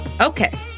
okay